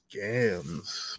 scams